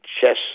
chess